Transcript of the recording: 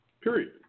period